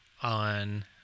on